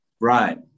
Right